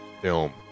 film